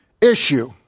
issue